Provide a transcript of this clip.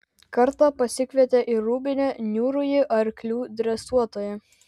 kartą pasikvietė į rūbinę niūrųjį arklių dresuotoją